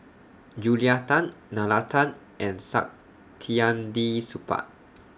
Julia Tan Nalla Tan and Saktiandi Supaat